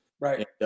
Right